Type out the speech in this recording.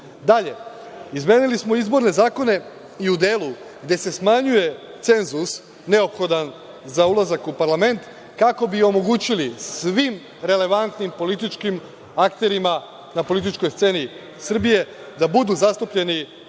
stvari. Dalje, izmenili smo izborne zakone i u delu gde se smanjuje cenzus neophodan za ulazak u parlament, kako bi omogućili svim relevantnim političkim akterima na političkoj sceni Srbije da budu zastupljeni